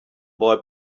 boy